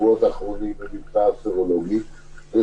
כי שוב ושוב ניסינו כמו במדינה טוטליטרית להתייחס